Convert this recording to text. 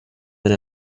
wenn